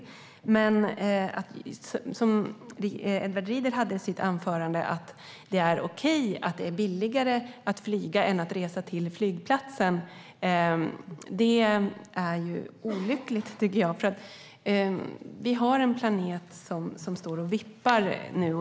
Att det, som Edward Riedl sa i sitt anförande, är okej att det är billigare att flyga än att resa till flygplatsen är olyckligt, tycker jag. Vår planet står och vippar nu.